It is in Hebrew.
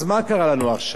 אז מה קרה לנו עכשיו?